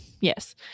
Yes